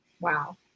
wow